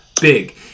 Big